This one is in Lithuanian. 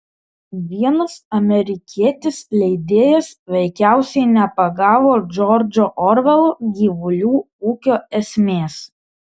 vienas amerikietis leidėjas veikiausiai nepagavo džordžo orvelo gyvulių ūkio esmės